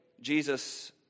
Jesus